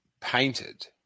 painted